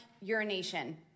urination